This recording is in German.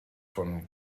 von